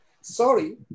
sorry